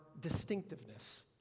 distinctiveness